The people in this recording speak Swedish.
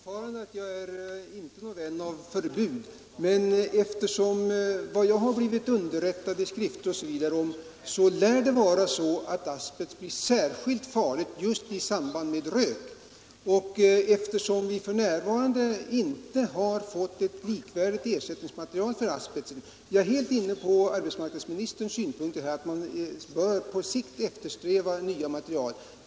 Herr talman! Jag vidhåller fortfarande att jag inte är någon vän av förbud. Men enligt vad jag har underrättat mig om i en del skrifter lär det vara så att asbest blir särskilt farlig just i samband med rök. Eftersom vi f. n. inte har något likvärdigt ersättningsmaterial för asbesten, ansluter jag mig helt till arbetsmarknadsministerns synpunkt att man på sikt bör eftersträva nya material.